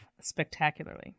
spectacularly